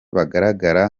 bugaragara